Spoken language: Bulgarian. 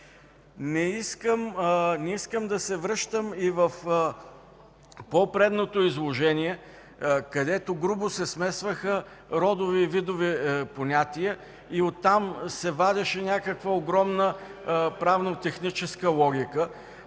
Не искам да се връщам и в по-предното изложение, където грубо се смесваха родови и видови понятия и оттам се вадеше някаква огромна правно-техническа логика.